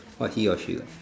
what he or she